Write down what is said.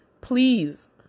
please